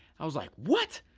i was like, what?